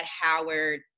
Howard